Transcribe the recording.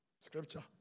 Scripture